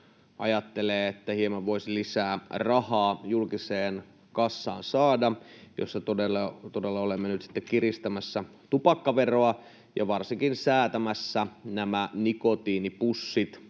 ajattelee, että sillä hieman voisi lisää rahaa julkiseen kassaan saada, ja jossa olemme nyt sitten kiristämässä tupakkaveroa ja varsinkin säätämässä nikotiinipussit